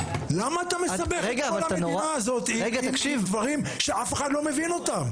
למה אתה מסבך את כל המדינה הזאת עם דברים שאף אחד לא מבין אותם?